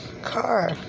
car